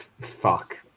fuck